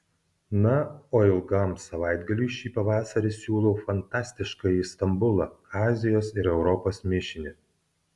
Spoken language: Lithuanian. na o ilgam savaitgaliui šį pavasarį siūlau fantastiškąjį stambulą azijos ir europos mišinį